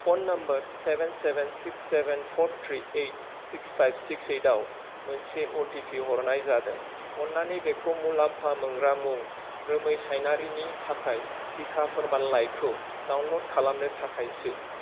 phone number seven seven six seven four three eight six five six eight आव मोनसे O T P हरनाय जादों अननानै बेखौ मुलाम्फा मोनग्रा मुं रोमै सायनारिनि थाखाय थिखा फोरमानलाइखौ डाउनल'ड खालामनो थाखाय सो